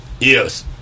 yes